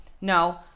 No